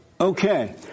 okay